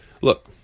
Look